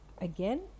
again